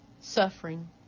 suffering